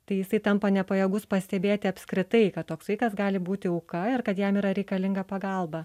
tai jisai tampa nepajėgus pastebėti apskritai kad toks vaikas gali būti auka ir kad jam yra reikalinga pagalba